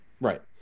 right